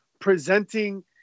presenting